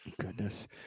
Goodness